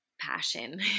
passion